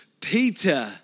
Peter